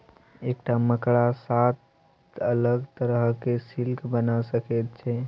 एकटा मकड़ा सात अलग तरहक सिल्क बना सकैत छै